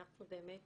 אנחנו באמת